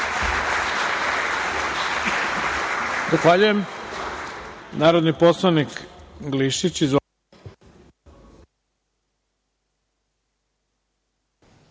Hvala